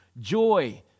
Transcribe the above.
joy